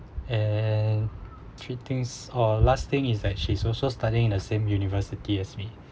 and three things or last thing is that she's also studying in the same university as me